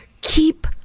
Keep